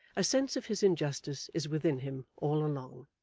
a sense of his injustice is within him, all along.